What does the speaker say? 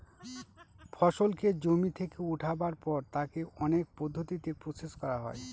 ফসলকে জমি থেকে উঠাবার পর তাকে অনেক পদ্ধতিতে প্রসেস করা হয়